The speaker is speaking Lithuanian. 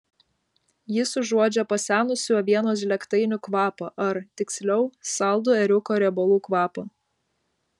jis užuodžia pasenusių avienos žlėgtainių kvapą ar tiksliau saldų ėriuko riebalų kvapą